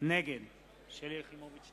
נגד משה יעלון,